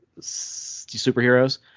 superheroes